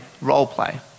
role-play